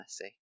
messy